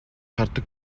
хардаг